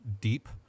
deep